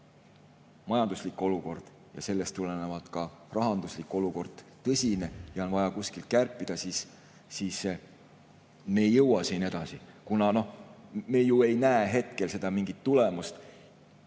majanduslik olukord ja sellest tulenevalt ka rahanduslik olukord tõsine ja on vaja kuskilt kärpida, siis me ei jõua edasi, kuna me ju ei näe hetkel mingit tulemust.